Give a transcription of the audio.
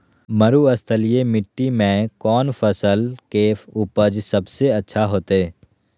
मरुस्थलीय मिट्टी मैं कौन फसल के उपज सबसे अच्छा होतय?